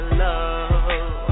love